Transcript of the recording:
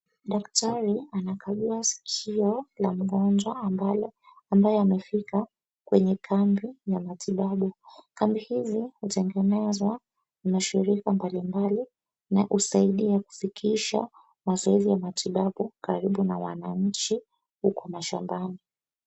Daktari anakagua sikio la mgonjwa ambaye amefika kwenye kambi ya matibabu. Kambi hizi hutengenezwa na mashirika mbalimbali na husaidia kufikisha mazoezi ya matibabu karibu na wananchi huko mashambani.